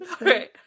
Right